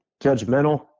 judgmental